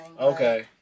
Okay